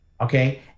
okay